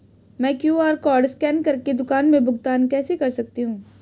मैं QR code scan कर के दुकान में भुगतान कैसे कर सकती हूँ?